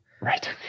Right